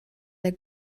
der